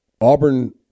Auburn